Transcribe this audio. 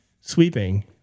sweeping